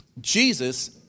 Jesus